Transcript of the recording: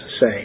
say